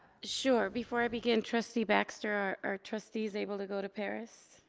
sure, before i begin, trustee baxter, are trustees able to go to paris?